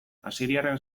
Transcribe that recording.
asiriarren